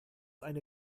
eine